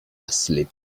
asleep